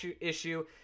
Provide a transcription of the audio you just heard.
issue